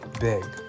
big